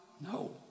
No